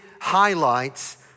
highlights